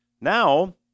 Now